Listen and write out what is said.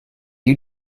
you